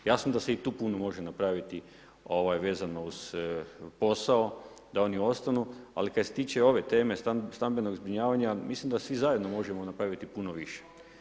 Jasno da se i tu puno može napraviti ovaj vezano uz posao, da oni ostaju, ali kaj se tiče ove teme stambenog zbrinjavanja, mislim da svi zajedno možemo napraviti puno više.